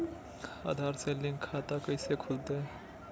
आधार से लिंक खाता कैसे खुलते?